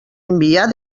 enviar